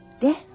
death